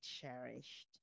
cherished